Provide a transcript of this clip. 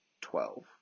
Twelve